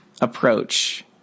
approach